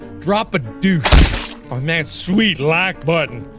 drop a deuce on that sweet like button,